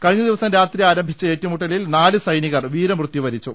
കഴിഞ്ഞ ദിവസം രാത്രി ആരംഭിച്ച ഏറ്റുമുട്ടലിൽ നാല് സൈനി കർ വീരമൃത്യുവരിച്ചു